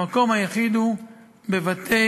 המקום היחיד הוא בבית-חב"ד.